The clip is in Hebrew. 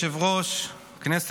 מאז פרוץ המלחמה,